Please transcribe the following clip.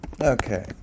Okay